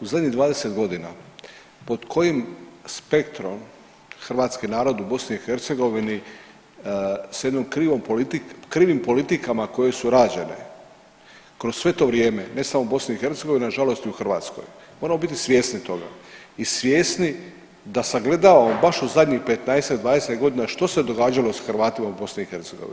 U zadnjih 20 godina pod kojim spektrom hrvatski narod u BiH s jednom krivom politikom, krivim politikama koje su rađene kroz sve to vrijeme ne samo BiH nažalost i u Hrvatskoj, moramo biti svjesni toga i svjesni da sagledavamo baš u zadnjih 15-20 godina što se događalo s Hrvatima u BiH.